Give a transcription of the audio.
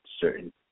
certain